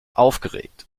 aufgeregt